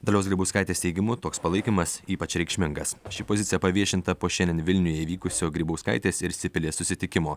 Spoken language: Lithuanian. dalios grybauskaitės teigimu toks palaikymas ypač reikšmingas ši pozicija paviešinta po šiandien vilniuje įvykusio grybauskaitės ir sipilės susitikimo